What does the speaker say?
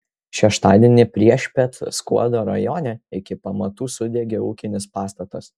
šeštadienį priešpiet skuodo rajone iki pamatų sudegė ūkinis pastatas